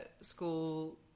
school